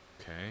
okay